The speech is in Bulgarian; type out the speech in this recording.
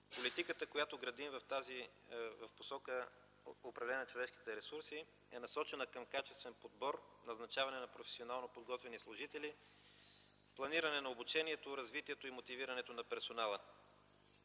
Политиката, която градим в посока управление на човешките ресурси е насочена към качествен подбор, назначаване на професионално подготвени служители, планиране на обучението, развитието и мотивирането на персонала.